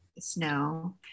Snow